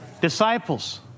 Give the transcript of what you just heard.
Disciples